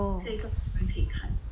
所以更多人可以看